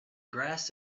grass